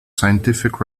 scientific